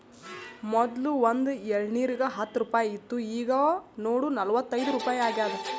ಮೊದ್ಲು ಒಂದ್ ಎಳ್ನೀರಿಗ ಹತ್ತ ರುಪಾಯಿ ಇತ್ತು ಈಗ್ ನೋಡು ನಲ್ವತೈದು ರುಪಾಯಿ ಆಗ್ಯಾದ್